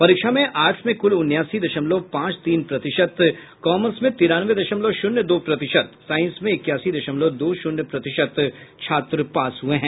परीक्षा में आर्ट्स में कुल उनासी दशमलव पांच तीन प्रतिशत कॉमर्स में तिरानवे दशमलव शून्य दो प्रतिशत साइंस में इक्यासी दशमलव दो शून्य प्रतिशत छात्र पास हुए हैं